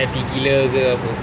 happy gila ke apa